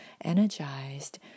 energized